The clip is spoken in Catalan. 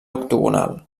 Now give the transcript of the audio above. octogonal